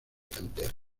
canteras